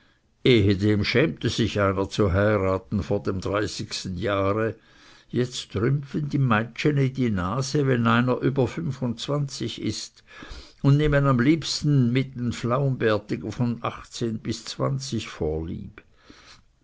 schämte sich einer zu heiraten vor dem dreißigsten jahre jetzt rümpfen die meitscheni die nase wenn einer über fünfundzwanzig ist und nehmen am liebsten mit den flaumbärtigen von achtzehn bis zwanzig vorlieb